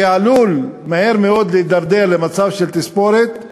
שעלול מהר מאוד להתדרדר למצב של תספורת,